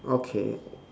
okay